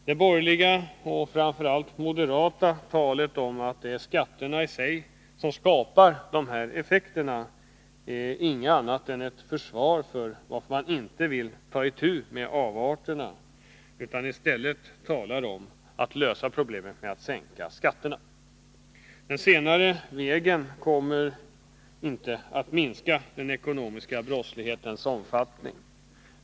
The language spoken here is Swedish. Det borgerliga och framför allt moderata talet om att det är skatterna i sig som skapar dessa effekter är inget annat än ett försvar för att man inte vill ta itu med avarterna utan i stället talar om att lösa problemet genom att sänka skatterna. Den senare vägen kommer inte att minska den ekonomiska brottslighetens omfattning.